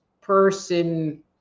person